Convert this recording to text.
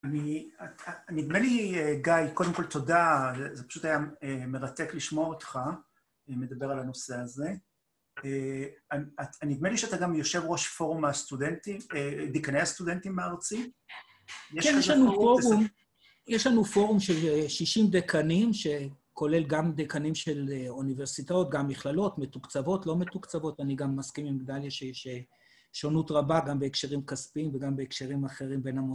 אני... נדמה לי, גיא, קודם כול, תודה, זה פשוט היה מרתק לשמוע אותך, מדבר על הנושא הזה. נדמה לי שאתה גם יושב ראש פורום הסטודנטים, דקני הסטודנטים הארצי. כן, יש לנו פורום, יש לנו פורום של 60 דקנים, שכולל גם דקנים של אוניברסיטאות, גם מכללות, מתוקצבות, לא מתוקצבות, אני גם מסכים עם גדליה שיש שונות רבה, גם בהקשרים כספיים וגם בהקשרים אחרים בין המוסדות.